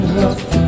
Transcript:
love